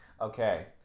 okay